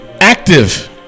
active